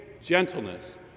gentleness